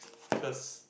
cause